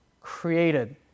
created